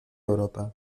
europa